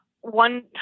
one